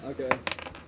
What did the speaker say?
Okay